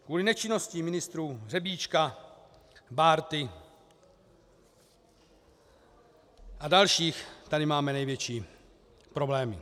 Kvůli nečinnosti ministrů Řebíčka, Bárty a dalších tady máme největší problémy.